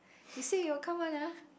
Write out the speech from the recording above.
you said you will come one lah